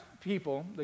people